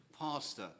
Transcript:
pastor